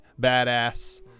badass